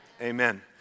Amen